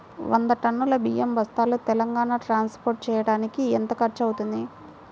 వంద టన్నులు బియ్యం బస్తాలు తెలంగాణ ట్రాస్పోర్ట్ చేయటానికి కి ఎంత ఖర్చు అవుతుంది?